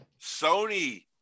Sony